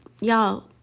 Y'all